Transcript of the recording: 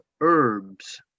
herbs